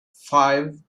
five